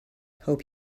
hope